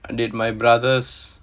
did my brothers